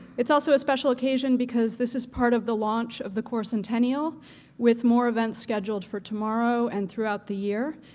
it's also a special occasion because this is part of the launch of the core centennial with more events scheduled for tomorrow and throughout the year.